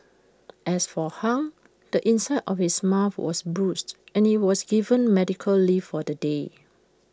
as for hung the inside of his mouth was bruised and he was given medical leave for the day